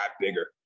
bigger